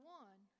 one